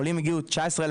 עולים הגיעו 19,000,